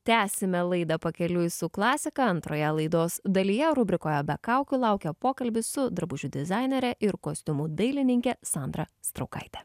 tęsime laidą pakeliui su klasika antroje laidos dalyje rubrikoje be kaukių laukia pokalbis su drabužių dizainere ir kostiumų dailininke sandra straukaite